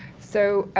so,